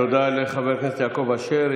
תודה לחבר הכנסת יעקב אשר.